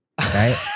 right